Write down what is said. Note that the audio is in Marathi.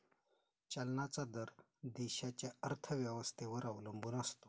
चलनाचा दर देशाच्या अर्थव्यवस्थेवर अवलंबून असतो